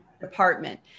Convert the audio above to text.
department